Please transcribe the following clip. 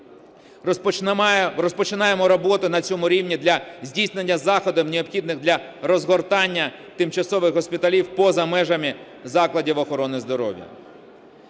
Розпочинаємо роботу на цьому рівні для здійснення заходів, необхідних для розгортання тимчасових госпіталів поза межами закладів охорони здоров'я.